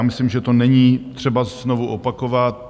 Myslím, že to není třeba znovu opakovat.